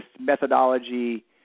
methodology